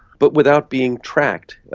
but without being tracked,